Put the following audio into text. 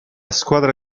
squadra